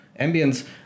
ambience